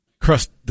crust